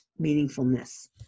meaningfulness